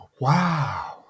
Wow